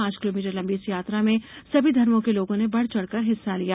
पांच किलोमीटर लंबी इस यात्रा में सभी धर्मों के लोगों ने बढ़ चढ़कर हिस्सा लिया